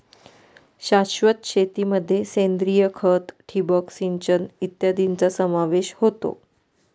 शाश्वत शेतीमध्ये सेंद्रिय खत, ठिबक सिंचन इत्यादींचा समावेश होतो